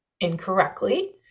incorrectly